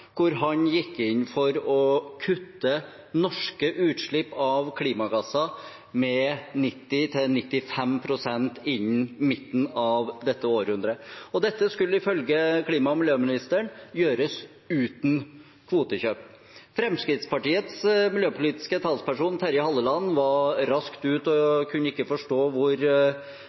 hvor han gikk inn for å kutte norske utslipp av klimagasser med 90–95 pst. innen midten av dette århundret. Dette skulle ifølge klima- og miljøministeren gjøres uten kvotekjøp. Fremskrittspartiets miljøpolitiske talsperson, Terje Halleland, var raskt ute og kunne ikke forstå hvor